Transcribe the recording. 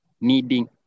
needing